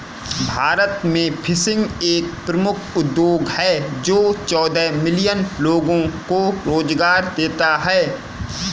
भारत में फिशिंग एक प्रमुख उद्योग है जो चौदह मिलियन लोगों को रोजगार देता है